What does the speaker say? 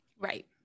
Right